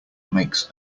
makes